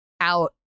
out